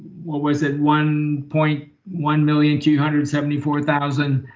what was it one point one million two hundred and seventy four thousand